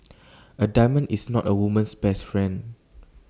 A diamond is not A woman's best friend